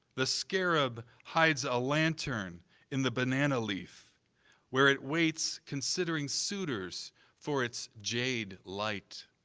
the scarab hides a lantern in the banana leaf where it waits considering suitors for its jade light.